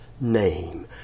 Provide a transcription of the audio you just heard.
name